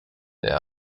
there